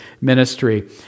ministry